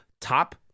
top